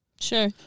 Sure